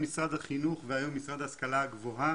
משרד החינוך והיום עם המשרד להשכלה הגבוהה,